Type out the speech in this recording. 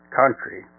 country